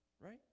right